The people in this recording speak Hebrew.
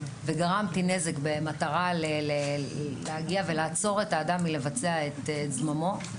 וגרמתי נזק במטרה להגיע ולעצור את האדם מלבצע את זממו,